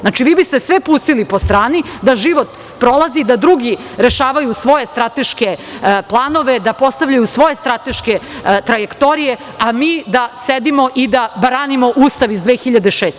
Znači, vi biste sve pustili po strani da život prolazi, da drugi rešavaju svoje strateške planove, da postavljaju svoje strateške trajektorije, a mi da sedimo i da branimo Ustav iz 2006.